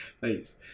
Thanks